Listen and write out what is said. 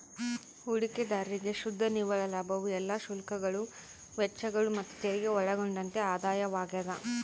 ಹೂಡಿಕೆದಾರ್ರಿಗೆ ಶುದ್ಧ ನಿವ್ವಳ ಲಾಭವು ಎಲ್ಲಾ ಶುಲ್ಕಗಳು ವೆಚ್ಚಗಳು ಮತ್ತುತೆರಿಗೆ ಒಳಗೊಂಡಂತೆ ಆದಾಯವಾಗ್ಯದ